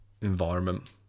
environment